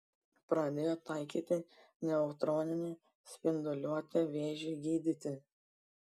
pradėjo taikyti neutroninę spinduliuotę vėžiui gydyti